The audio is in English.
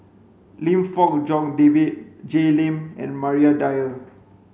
Lim Fong Jock David Jay Lim and Maria Dyer